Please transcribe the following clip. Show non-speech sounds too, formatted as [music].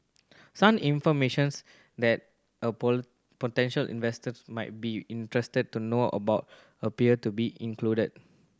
some information [unintelligible] that a [unintelligible] potential investor might be interested to know about appear to be included